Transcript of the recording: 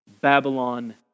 Babylon